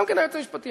גם כן היועץ המשפטי.